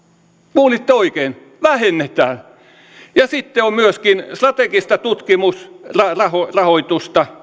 kuulitte oikein vähennetään ja sitten myöskin strategista tutkimusrahoitusta